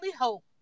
hope